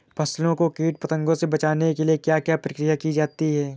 फसलों को कीट पतंगों से बचाने के लिए क्या क्या प्रकिर्या की जाती है?